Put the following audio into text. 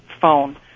phone